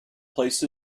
placed